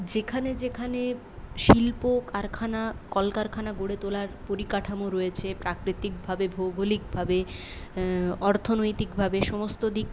যেখানে যেখানে শিল্প কারখানা কল কারখানা গড়ে তোলার পরিকাঠামো রয়েছে প্রাকৃতিকভাবে ভৌগোলিকভাবে অর্থনৈতিকভাবে সমস্ত দিক